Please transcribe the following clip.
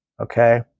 okay